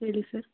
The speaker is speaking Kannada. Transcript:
ಹೇಳಿ ಸರ್